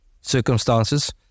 circumstances